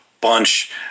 bunch